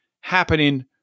happening